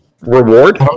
reward